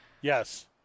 Yes